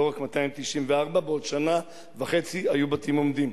לא רק 294. בעוד שנה וחצי היו בתים עומדים.